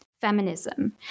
feminism